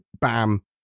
bam